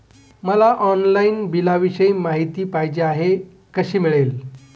मला ऑनलाईन बिलाविषयी माहिती पाहिजे आहे, कशी मिळेल?